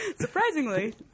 Surprisingly